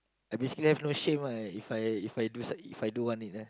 and basically I have no shame ah If I If I do I do want it ah